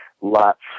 lots